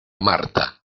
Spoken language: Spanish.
marta